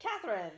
Catherine